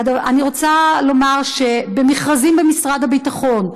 אני רוצה לומר שבמכרזים במשרד הביטחון,